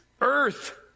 earth